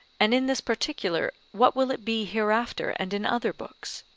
and in this particular, what will it be hereafter and in other books?